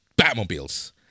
Batmobiles